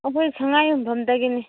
ꯑꯩꯈꯣꯏ ꯁꯉꯥꯏ ꯌꯨꯝꯐꯝꯗꯒꯤꯅꯤ